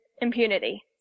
impunity